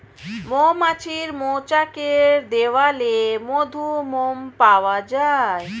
মৌমাছির মৌচাকের দেয়ালে মধু, মোম পাওয়া যায়